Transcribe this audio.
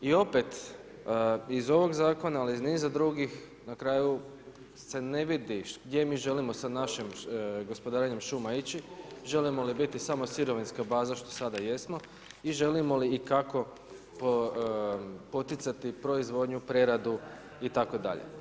I opet iz ovog zakona ali iz niza drugih, na kraju se ne vidi gdje mi želimo sa našim gospodarenjem šuma ići, želimo li biti samo sirovinska baza što sada jesmo i želimo li i kako poticati proizvodnju, preradu itd.